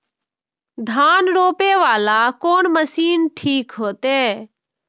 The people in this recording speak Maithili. धान रोपे वाला कोन मशीन ठीक होते?